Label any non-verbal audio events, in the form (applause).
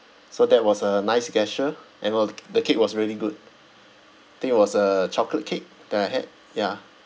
so that was a nice gesture and (noise) the cake was really good I think it was a chocolate cake that I had ya